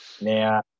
Now